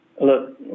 Look